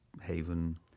haven